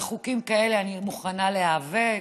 על חוקים כאלה אני מוכנה להיאבק,